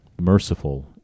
merciful